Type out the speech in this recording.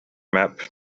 map